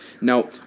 Now